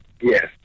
Yes